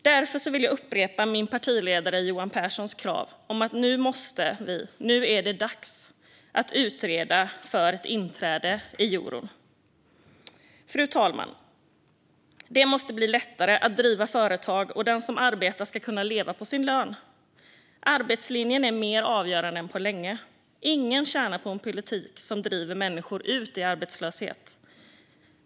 Därför vill jag upprepa min partiledare Johan Pehrsons krav: Nu är det dags att utreda ett inträde i eurosamarbetet. Fru talman! Det måste bli lättare att driva företag, och den som arbetar ska kunna leva på sin lön. Arbetslinjen är mer avgörande än på länge. Ingen tjänar på en politik som driver ut människor i arbetslöshet.